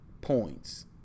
points